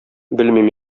белмим